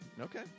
Okay